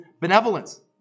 benevolence